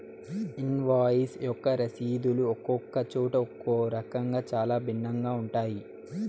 invoice యొక్క రసీదులు ఒక్కొక్క చోట ఒక్కో రకంగా చాలా భిన్నంగా ఉంటాయి